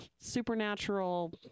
supernatural